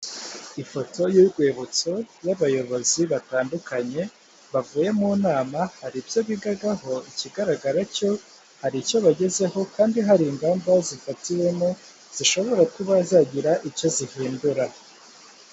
Ifoto y'urwibutso y'abayobozi batandukanye bavuye mu nama hari ibyo bigagaho ikigaragara cyo hari icyo bagezeho kandi hari ingamba zifatiwemo zishobora kuba zagira icyo zihindura.